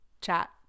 chat